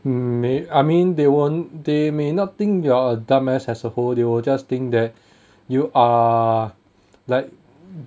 hmm I mean they won't they may not think you're dumb ass as a whole they will just think that you are like